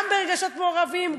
גם ברגשות מעורבים.